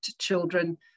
children